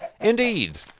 Indeed